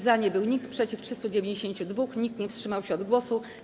Za nie był nikt, przeciw - 392, nikt nie wstrzymał się od głosu.